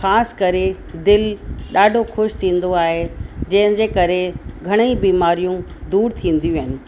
ख़ासि करे दिलि ॾाढो ख़ुशि थींदो आहे जंहिंजे करे घणेई बीमारियूं दूर थींदियूं आहिनि